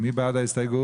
מי בעד ההסתייגות?